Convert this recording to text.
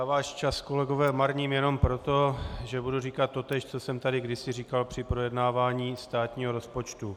Já váš čas, kolegové, marním jenom proto, že budu říkat totéž, co jsem tady kdysi říkal při projednávání státního rozpočtu.